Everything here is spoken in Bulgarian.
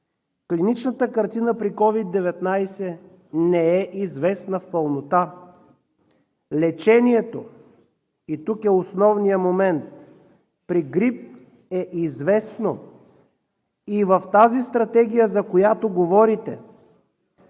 Клиничната картина при COVID-19 не е известна в пълнота. Лечението, и тук е основният момент, при грип е известно. И в тази стратегия, за която говорите,